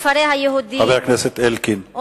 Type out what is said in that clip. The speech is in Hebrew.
לכפרי היהודים, חבר הכנסת אלקין, נא לשבת.